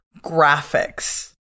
graphics